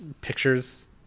pictures